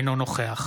אינו נוכח